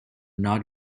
not